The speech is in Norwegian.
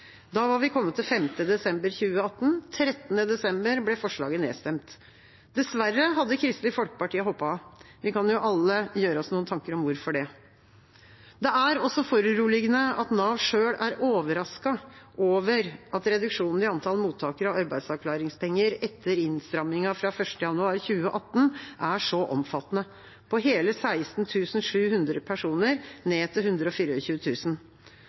Da var vi kommet til 5. desember 2018. Den 13. desember ble forslaget nedstemt. Dessverre hadde Kristelig Folkeparti hoppet av. Vi kan jo alle gjøre oss noen tanker om hvorfor. Det er også foruroligende at Nav selv er overrasket over at reduksjonen i antall mottakere av arbeidsavklaringspenger etter innstrammingen fra 1. januar 2018 er så omfattende, på hele 16 700 personer, ned til